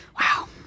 Wow